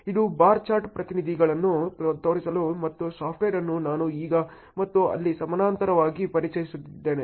ಇದು bar chart ಪ್ರಾತಿನಿಧ್ಯಗಳನ್ನು ತೋರಿಸಲು ಮತ್ತು ಸಾಫ್ಟ್ವೇರ್ ಅನ್ನು ನಾನು ಈಗ ಮತ್ತು ಅಲ್ಲಿ ಸಮಾನಾಂತರವಾಗಿ ಪರಿಚಯಿಸುತ್ತಿದ್ದೇನೆ